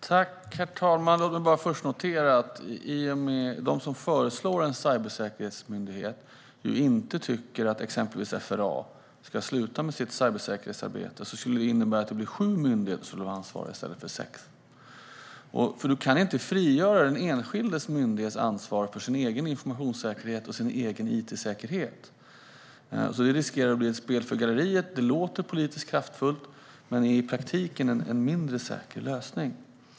Herr talman! Låt mig först bara notera att de som föreslår en cybersäkerhetsmyndighet inte tycker att exempelvis FRA ska sluta med sitt cybersäkerhetsarbete, vilket innebär att det skulle bli sju myndigheter som hade ansvaret i stället för sex. Du kan nämligen inte frigöra den enskilda myndighetens ansvar för den egna informationssäkerheten och it-säkerheten. Det riskerar alltså att bli spel för galleriet - det låter politiskt kraftfullt men är i praktiken en mindre säker lösning.